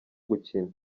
gukina